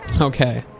okay